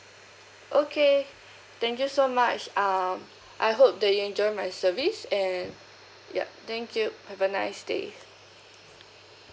okay thank you so much um I hope that you enjoy my service and yup thank you have a nice day